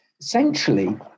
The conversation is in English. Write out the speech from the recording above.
Essentially